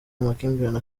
amakimbirane